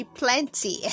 plenty